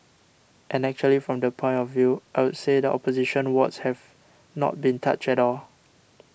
and actually from that point of view I would say the opposition wards have not been touched at all